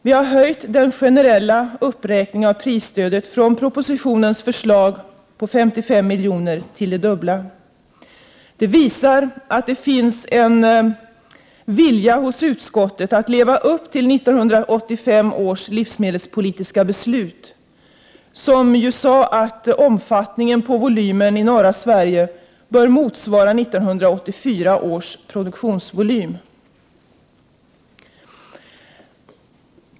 Vi har höjt den generella uppräkningen av prisstödet, från propositionens förslag på 55 miljoner till det dubbla. Det visar att det finns en vilja hos utskottet att leva upp till 1985 års livsmedelspolitiska beslut, som innebar att omfattningen på volymen i norra Sverige bör motsvara 1984 års produktion.